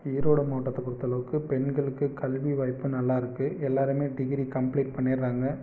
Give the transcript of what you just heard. ஈரோடு மாவட்டத்தை பொருத்தளவுக்கு பெண்களுக்கு கல்வி வாய்ப்பு நல்லாருக்கு எல்லாருமே டிகிரி கம்ப்ளீட் பண்ணிறாங்க